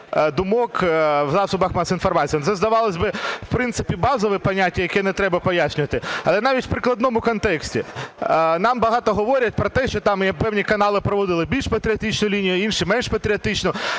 думок в засобах масової інформації? Ну це, здавалось би, в принципі базове поняття, яке не треба пояснювати. Але навіть в прикладному контексті. Нам багато говорять про те, що там певні канали проводили більш патріотичну лінію, інші – менш патріотичну.